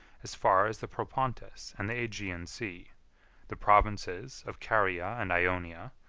as far as the propontis and the aegean sea the provinces of caria and ionia,